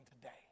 today